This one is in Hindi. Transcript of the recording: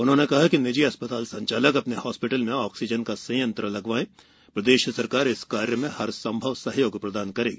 उन्होंने कहा कि निजी अस्पताल संचालक अपने हॉस्पिटल में ऑक्सीजन का संयंत्र लगाएं प्रदेश सरकार इस कार्य में हरसंभव सहयोग प्रदान करेगी